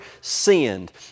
sinned